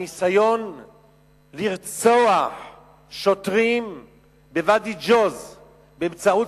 הניסיון לרצוח שוטרים בוואדי-ג'וז באמצעות